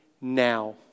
now